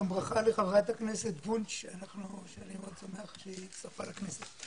לחברת הכנסת וונש שני מאוד שמח שהיא הצטרפה לכנסת.